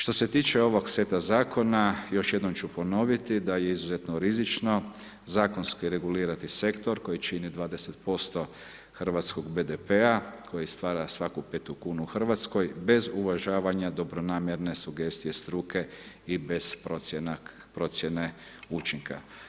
Što se tiče ovog seta zakona, još jednom ću ponoviti da je izuzetno rizično zakonski regulirati sektor koji čini 20% hrvatskog BDP-a, koji stvara svaku 5. kunu u Hrvatskoj, bez uvažavanja dobronamjerne sugestije struke i bez procjene učinka.